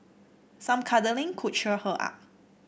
some cuddling could cheer her up